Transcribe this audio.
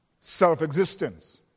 self-existence